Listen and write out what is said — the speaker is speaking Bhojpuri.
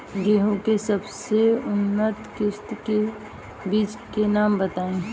गेहूं के सबसे उन्नत किस्म के बिज के नाम बताई?